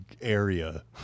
area